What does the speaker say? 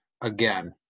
again